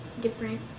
different